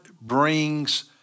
brings